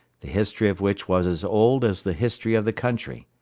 the history of which was as old as the history of the country.